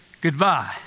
goodbye